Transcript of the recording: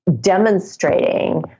demonstrating